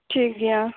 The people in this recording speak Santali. ᱴᱷᱤᱠ ᱜᱮᱭᱟ